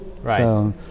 Right